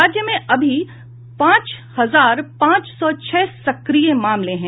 राज्य में अभी पांच हजार पांच सौ छह सक्रिय मामले हैं